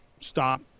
stop